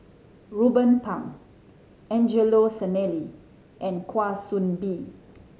Ruben Pang Angelo Sanelli and Kwa Soon Bee